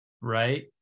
Right